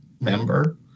member